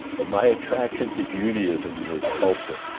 but, my attraction to judaism was culture,